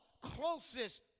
closest